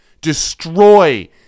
destroy